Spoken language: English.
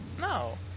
No